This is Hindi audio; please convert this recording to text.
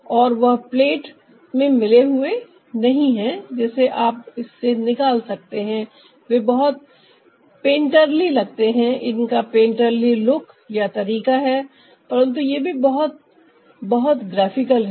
और वह पलेट में मिले हुए नहीं हैं जिसे आप इससे निकाल सकते हैं वे बहुत पैंटरली लगते है इनका पैंटर्ली लुक या तरीका है परन्तु ये भी बहुत बहुत ग्राफिकल है